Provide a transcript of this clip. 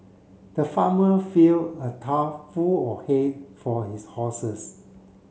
the farmer fill a trough full of hay for his horses